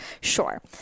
Sure